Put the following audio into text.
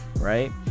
right